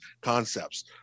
concepts